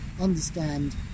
understand